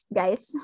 guys